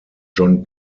john